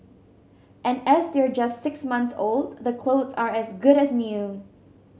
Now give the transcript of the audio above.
and as they're just six months old the clothes are as good as new